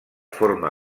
forma